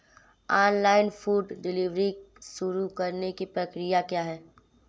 Online food delivery शुरू करने की प्रक्रिया क्या है?